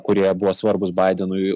kurie buvo svarbūs baidenui